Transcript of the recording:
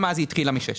גם אז היא התחילה משש.